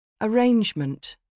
Arrangement